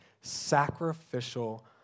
sacrificial